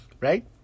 Right